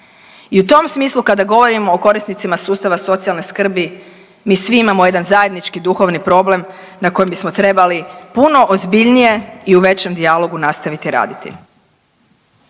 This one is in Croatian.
I u tom smislu kada govorimo o korisnicima sustava socijalne skrbi mi svi imamo jedan zajednički duhovni problem na kojem bismo trebali puno ozbiljnije i u većem dijalogu nastaviti raditi.